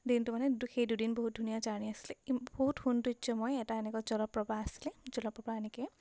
দিনটো মানে সেই দুদিন বহুত ধুনীয়া জাৰ্নি আছিলে বহুত সৌন্দৰ্যময় এটা এনেকুৱা জলপ্ৰপাত আছিলে জলপ্ৰপাত এনেকৈ